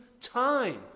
time